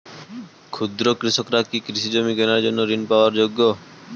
ক্ষুদ্র কৃষকরা কি কৃষিজমি কেনার জন্য ঋণ পাওয়ার যোগ্য?